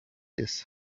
his